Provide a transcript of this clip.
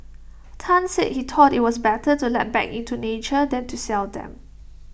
Tan said he thought IT was better to let back into nature than to sell them